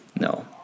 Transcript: No